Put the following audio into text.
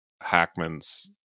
Hackman's